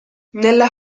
nella